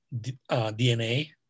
DNA